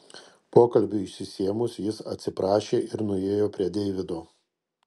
pokalbiui išsisėmus jis atsiprašė ir nuėjo prie deivido